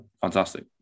Fantastic